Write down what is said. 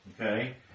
okay